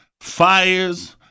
fires